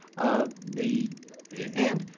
ah the and,